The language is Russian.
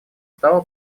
стало